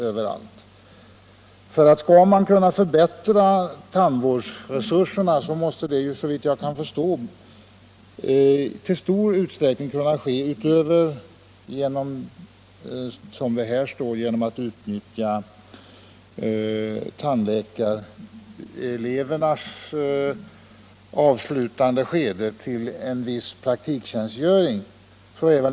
Skall tandvårdsresurserna kunna förbättras måste det, såvitt jag förstår, i stor utsträckning ske genom att man utnyttjar tandläkarelevernas avslutande skede till en viss praktiktjänstgöring.